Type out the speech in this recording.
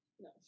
No